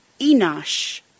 Enosh